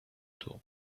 too